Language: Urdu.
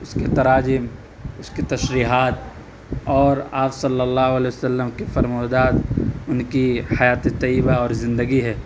اس کے تراجم اس کی تشریحات اور آپ صلی اللّہ علیہ و سلّم کے فرمودات ان کی حیاتِ طیّبہ اور زندگی ہے